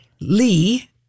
Lee